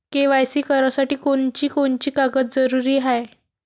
KYC करासाठी कोनची कोनची कागद जरुरी हाय?